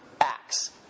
acts